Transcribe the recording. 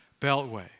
beltway